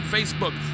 Facebook